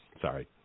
Sorry